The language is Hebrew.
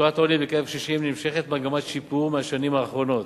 בתחולת העוני בקרב קשישים נמשכת מגמת השיפור מהשנים האחרונות,